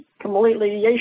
completely